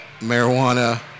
marijuana